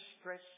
stress